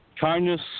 kindness